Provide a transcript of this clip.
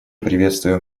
приветствуем